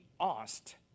asked